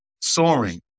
soaring